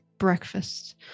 Breakfast